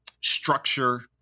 Structure